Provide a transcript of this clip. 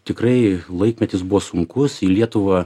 tikrai laikmetis buvo sunkus į lietuvą